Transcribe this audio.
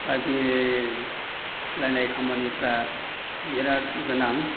बादिलायनाय खामानिफोरा बिराद गोनां